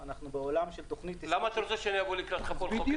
למה אתה רוצה שאני אבוא לקראתך פה לחוקק